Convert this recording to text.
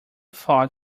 thought